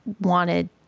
wanted